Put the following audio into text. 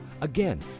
Again